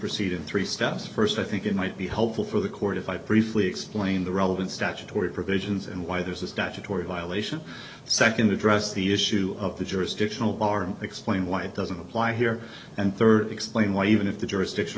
proceed in three steps first i think it might be helpful for the court if i briefly explain the relevant statutory provisions and why there's a statutory violation second address the issue of the jurisdictional bar and explain why it doesn't apply here and third explain why even if the jurisdiction